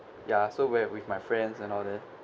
ya so we're with my friends and all that